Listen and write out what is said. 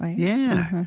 ah yeah.